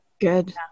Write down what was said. Good